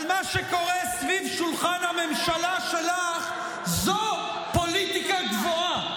אבל מה שקורה סביב שולחן הממשלה שלך זאת פוליטיקה גבוהה,